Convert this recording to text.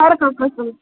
ہر کانٛہہ قٕسٕم